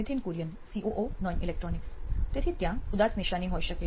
Nithin Kurien COO નોઇન electronics તેથી તે ત્યાં ઉદાસ નિશાની હોઈ શકે